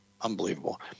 Unbelievable